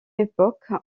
époque